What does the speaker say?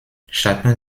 chacun